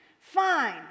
fine